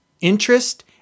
interest